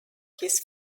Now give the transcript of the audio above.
his